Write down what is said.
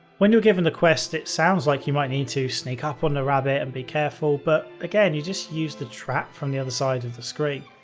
when you're given the quest, it sounds like you might need to sneak up on the rabbit and be careful, but again, you just use the trap from the other side of the screen.